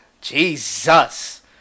Jesus